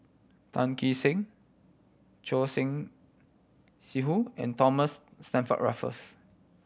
Tan Kee Sek Choor Singh Sidhu and Thomas Stamford Raffles